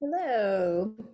Hello